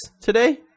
today